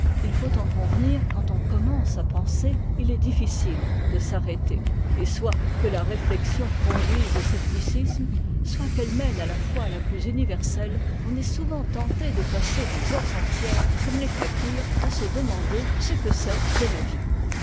il faut en convenir quand on commence à penser il est difficile de s'arrêter et soit que la réflexion conduise au scepticisme soit qu'elle mène à la foi la plus universelle on est souvent tenté de passer des heures entières comme les faquirs à se demander ce que c'est que la vie